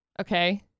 Okay